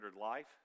life